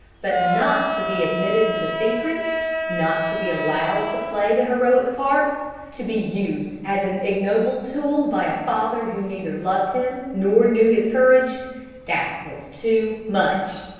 but not to be admitted to the secret not to be allowed to play the heroic part to be used as an ignoble tool by a father who neither loved him nor knew his courage that was too much!